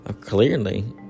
clearly